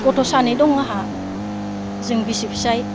गथ' सानै दं आंहा जों बिसि फिसाइ